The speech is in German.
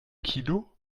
kino